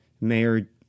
Mayor